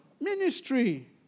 ministry